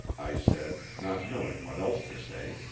i said, not knowing what else to say.